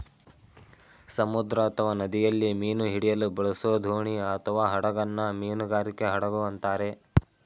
ಸಮುದ್ರ ಅಥವಾ ನದಿಯಲ್ಲಿ ಮೀನು ಹಿಡಿಯಲು ಬಳಸೋದೋಣಿಅಥವಾಹಡಗನ್ನ ಮೀನುಗಾರಿಕೆ ಹಡಗು ಅಂತಾರೆ